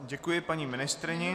Děkuji paní ministryni.